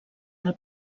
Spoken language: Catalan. del